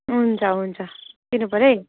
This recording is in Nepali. हुन्छ हुन्छ दिनुपऱ्यो है